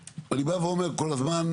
אני אומר כל הזמן,